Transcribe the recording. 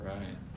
Right